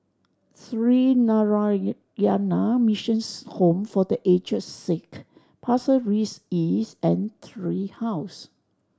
Sree Narayana Mission Home for The Aged Sick Pasir Ris East and Tree House